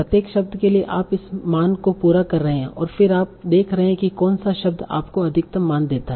प्रत्येक शब्द के लिए आप इस मान को पूरा कर रहे हैं और फिर आप देख रहे हैं कि कौन सा शब्द आपको अधिकतम मान देता है